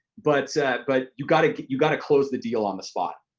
but so but you gotta you gotta close the deal on the spot.